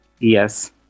Yes